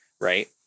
Right